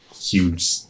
Huge